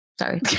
sorry